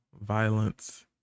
Violence